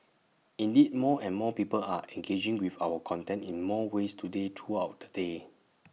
indeed more and more people are engaging with our content in more ways today throughout the day